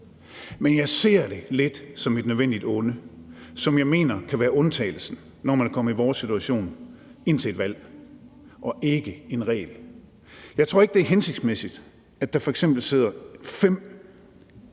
Men jeg ser det lidt som et nødvendigt onde, som jeg mener kan være undtagelsen, når man er kommet i vores situation, indtil et valg, og ikke som en regel. Jeg tror ikke, det er hensigtsmæssigt, at der f.eks. er fem